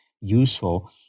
useful